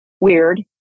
weird